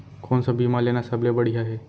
कोन स बीमा लेना सबले बढ़िया हे?